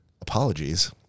apologies